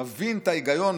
מבין את ההיגיון,